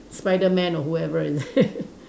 Spiderman or whoever is it